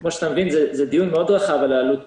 כפי שאתה מבין, זה דיון רחב מאוד על העלות תועלת.